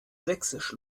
sächsisch